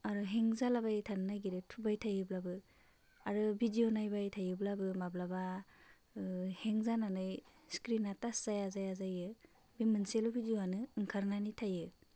आरो हें जालाबाय थानो नागिरो थुबाय थायोब्लाबो आरो भिदिय' नायबाय थायोब्लाबो माब्लाबा हें जानानै स्क्रिनआ टाच जाया जाया जायो बे मोनसेल' भिदिय'आनो ओंखारनानै थायो